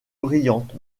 brillante